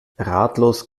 ratlos